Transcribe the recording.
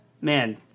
man